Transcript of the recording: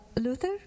Luther